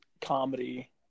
comedy